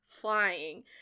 flying